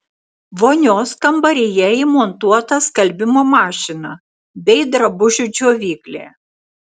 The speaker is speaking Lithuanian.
vonios kambaryje įmontuota skalbimo mašina bei drabužių džiovyklė